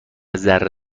ذره